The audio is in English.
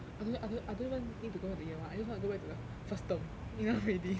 I don't I don't I don't even need to go back to year one I just want to go back to the first term enough already